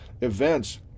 events